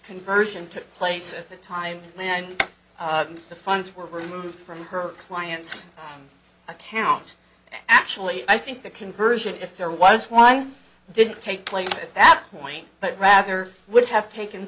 conversion took place at the time and the funds were removed from her client's account actually i think the conversion if there was one didn't take place at that point but rather would have taken